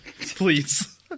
please